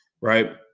Right